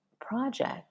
project